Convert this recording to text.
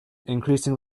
increasing